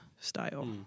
style